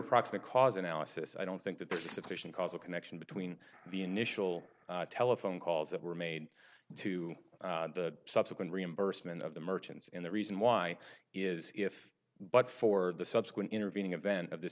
proximate cause analysis i don't think that there's a sufficient causal connection between the initial telephone calls that were made to the subsequent reimbursement of the merchants in the reason why is if but for the subsequent intervening event of this